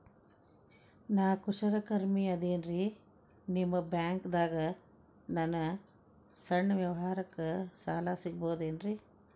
ನಾ ಕುಶಲಕರ್ಮಿ ಇದ್ದೇನ್ರಿ ನಿಮ್ಮ ಬ್ಯಾಂಕ್ ದಾಗ ನನ್ನ ಸಣ್ಣ ವ್ಯವಹಾರಕ್ಕ ಸಾಲ ಸಿಗಬಹುದೇನ್ರಿ?